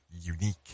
unique